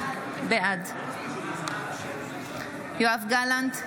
בעד יואב גלנט,